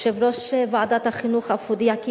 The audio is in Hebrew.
יושב-ראש ועדת החינוך אף הודיע כי